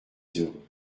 heureux